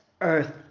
earth